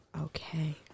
Okay